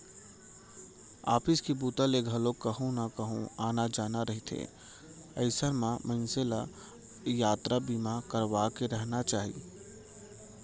office के बूता ले घलोक कहूँ न कहूँ आना जाना रहिथे अइसन म मनसे ल यातरा बीमा करवाके रहिना चाही